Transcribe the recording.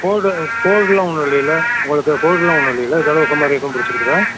gold கோல்டுலாம் ஒன்றும் இல்லைல்ல உங்களுக்கு கோல்டுலாம் ஒன்றும் இல்லை ஜலதோஷம் மாதிரி எதுவும் பிடிச்சி இருக்குதா